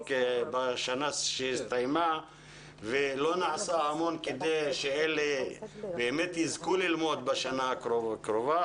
בשנה שהסתיימה ולא נעשה כדי שהם יזכו ללמוד בשנה הקרובה.